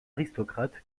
aristocrate